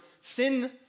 sin